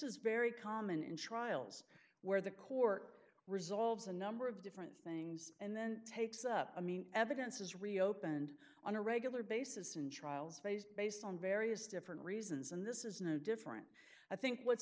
is very common in trials where the court resolves a number of different things and then takes up i mean evidence is reopened on a regular basis and trials phase based on various different reasons and this is no different i think what's